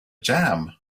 jam